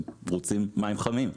הם רוצים מים חמים.